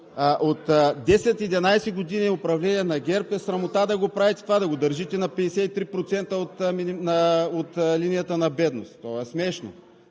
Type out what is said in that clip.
от 10 – 11 години управление на ГЕРБ е срамота да го правите това – да го държите на 53% от линията на бедност, то е смешно!